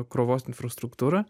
krovos infrastruktūra